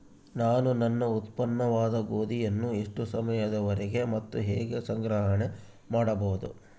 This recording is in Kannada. ನಾನು ನನ್ನ ಉತ್ಪನ್ನವಾದ ಗೋಧಿಯನ್ನು ಎಷ್ಟು ಸಮಯದವರೆಗೆ ಮತ್ತು ಹೇಗೆ ಸಂಗ್ರಹಣೆ ಮಾಡಬಹುದು?